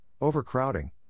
overcrowding